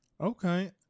Okay